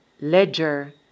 ledger